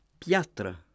Piatra